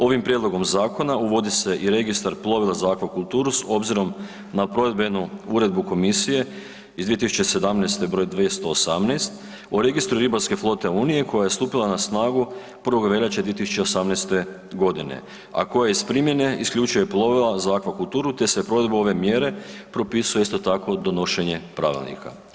Ovim prijedlogom zakona uvodi se i registar plovila za akvakulturu s obzirom na provedbenu uredbu komisije iz 2017. broj 218 o registru ribarske flote unije koja je stupila na snagu 1. veljače 2018. godine, a koja iz primjene isključuje plovila za akvakulturu te se provedbom ove mjere propisuje isto tako donošenje pravilnika.